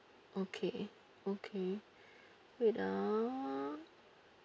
okay okay wait ah